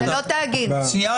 עקרונית,